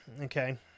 okay